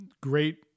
great